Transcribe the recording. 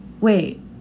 wait